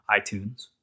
iTunes